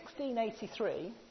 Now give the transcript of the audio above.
1683